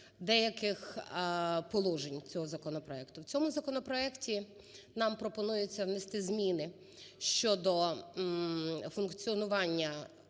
деяких положень цього законопроекту. В цьому законопроекті нам пропонується внести зміни щодо функціонування